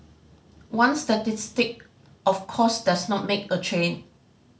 one statistic of course does not make a trend